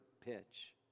pitch